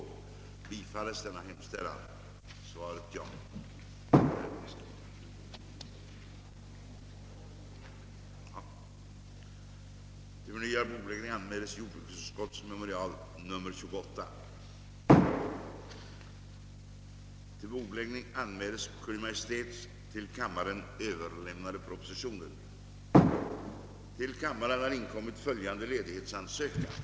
Härmed får jag anhålla om befrielse från fullgörande av riksdagsarbetet under tiden den 22—26 maj för bevistande av kommittésammanträde inom Europarådets verksamhet i Luxemburg.